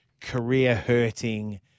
career-hurting